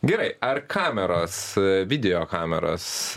gerai ar kameros video kameros